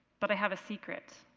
but i have a secret.